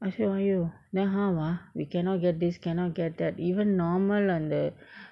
I say are you then how ah we cannot get this cannot get that even normal அந்த:andtha